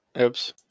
Oops